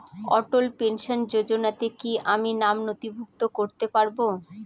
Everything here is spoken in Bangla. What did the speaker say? অটল পেনশন যোজনাতে কি আমি নাম নথিভুক্ত করতে পারবো?